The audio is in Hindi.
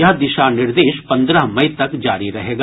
यह दिशा निर्देश पन्द्रह मई तक जारी रहेगा